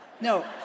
No